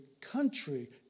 country